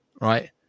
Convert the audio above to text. right